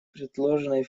предложенный